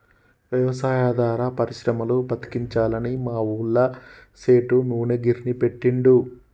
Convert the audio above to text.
వ్యవసాయాధార పరిశ్రమలను బతికించాలని మా ఊళ్ళ సేటు నూనె గిర్నీ పెట్టిండు